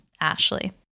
Ashley